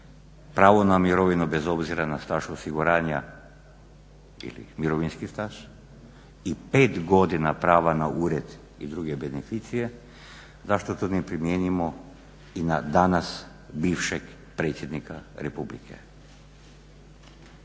pravo na mirovinu bez obzira na staž osiguranja i mirovinski staž i 5 godina prava na ured i beneficije, zašto to ne primijenimo i na danas bivšeg predsjednika republike.